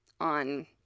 on